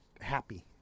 happy